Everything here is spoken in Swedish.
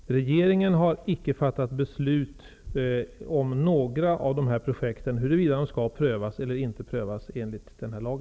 Fru talman! Regeringen har icke fattat beslut om huruvida några av dessa projekt skall prövas eller inte prövas enligt denna lag.